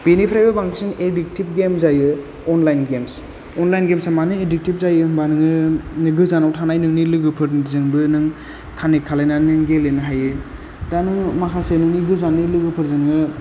बेनिफ्रायबो बांसिन addictive game जायो अनलाइन गेम्स अनलाइन गेम्सा मानो एडिक्टिभ जायो होनबा नोङो गोजानाव थानाय नोंनि लोगोफोरजोंबो नों कानेक्ट खालायना नों गेलेनो हायो दा नोङो माखासे नोंनि गोजाननि लोगोफोरजों नोङो